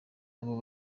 abo